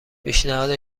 پیشنهاد